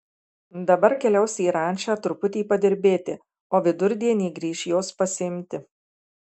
dabar keliaus į rančą truputį padirbėti o vidurdienį grįš jos pasiimti